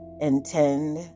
intend